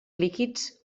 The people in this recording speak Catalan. líquids